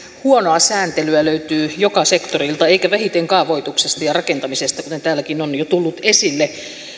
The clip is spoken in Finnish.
huonoa sääntelyä löytyy joka sektorilta eikä vähiten kaavoituksesta ja rakentamisesta kuten täälläkin on jo tullut esille